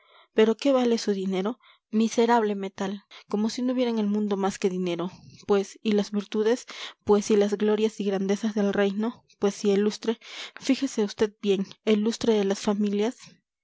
pero qué vale su dinero miserable metal como si no hubiera en el mundo más que dinero pues y las virtudes pues y las glorias y grandezas del reino pues y el lustre fíjese vd bien el lustre de las familias